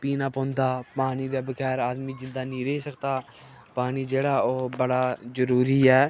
पीना पौंदा पानी दे बगैर आदमी जिंदा नेई रेही सकदा पानी जेह्ड़ा ओह् बड़ा जरूरी ऐ